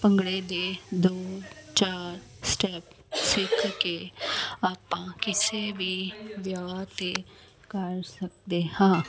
ਭੰਗੜੇ ਦੇ ਦੋ ਚਾਰ ਸਟੈੱਪ ਸਿੱਖ ਕੇ ਆਪਾਂ ਕਿਸੇ ਵੀ ਵਿਆਹ 'ਤੇ ਕਰ ਸਕਦੇ ਹਾਂ